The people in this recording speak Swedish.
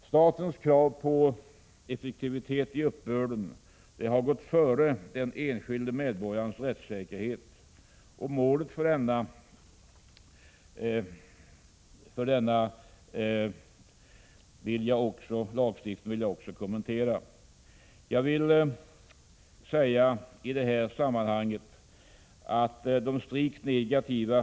I takt med den offentliga sektorns utbyggnad har myndigheternas befogenheter stärkts. Lagar som bevissäkringslagen och lagen om betalningssäkring, företagsbot och straffskärpningar vid eventuella brott i uppbördsfrågor har försatt företagarna i en orimlig situation.